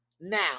Now